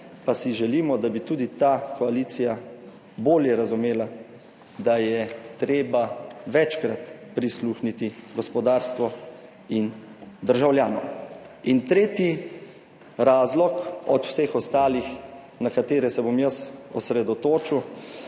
pa si želimo, da bi tudi ta koalicija bolje razumela, da je treba večkrat prisluhniti gospodarstvu in državljanom. In tretji razlog od vseh ostalih, na katere se bom jaz osredotočil